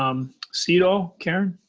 um cedal, karen,